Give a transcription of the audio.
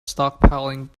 stockpiling